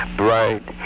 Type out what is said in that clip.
bright